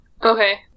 Okay